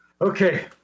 Okay